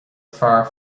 fearr